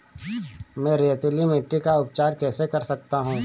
मैं रेतीली मिट्टी का उपचार कैसे कर सकता हूँ?